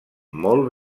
molt